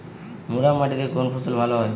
মুরাম মাটিতে কোন ফসল ভালো হয়?